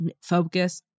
focus